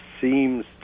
seems